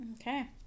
Okay